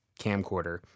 camcorder